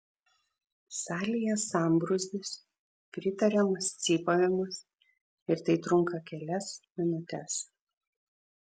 salėje sambrūzdis pritariamas cypavimas ir tai trunka kelias minutes